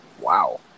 Wow